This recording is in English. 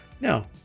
no